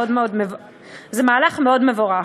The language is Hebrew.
זה מהלך מאוד מבורך.